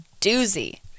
doozy